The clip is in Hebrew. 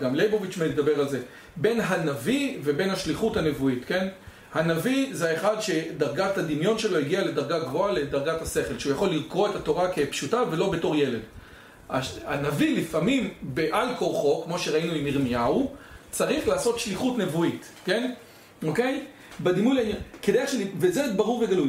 גם ליבוביץ' מדבר על זה, בין הנביא ובין השליחות הנבואית, כן, הנביא זה אחד שדרגת הדמיון שלו הגיעה לדרגה גבוהה, לדרגת השכל, שהוא יכול לקרוא את התורה כפשוטה ולא בתור ילד. הנביא לפעמים בעל כוחו כמו שראינו עם ירמיהו צריך לעשות שליחות נבואית, כן, אוקיי, בדימוי לעניין, כדי וזה ברור וגלוי